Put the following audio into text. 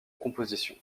composition